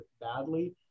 badly